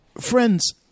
friends